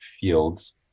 fields